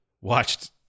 watched